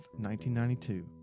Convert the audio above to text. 1992